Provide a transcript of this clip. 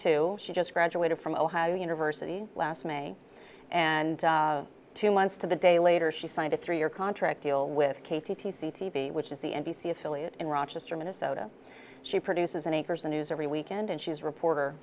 two she just graduated from ohio university last may and two months to the day later she signed a three year contract deal with katie c t v which is the n b c affiliate in rochester minnesota she produces an anchor's the news every weekend and she's a reporter